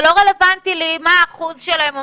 זה לא רלוונטי עבורי מה האחוז שלהם או